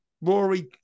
Rory